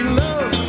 love